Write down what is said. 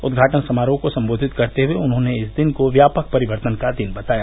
उदघाटन समारोह को सम्बोधित करते हये उन्होंने इस दिन को व्यापक परिवर्तन का दिन बताया